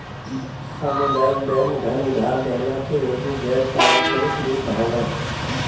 सामुदायिक बैंक धन उधार देहला के एगो गैर पारंपरिक रूप हवे